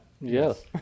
Yes